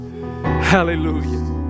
Hallelujah